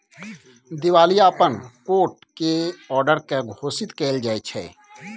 दिवालियापन कोट के औडर से घोषित कएल जाइत छइ